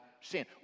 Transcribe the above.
sin